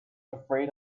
afraid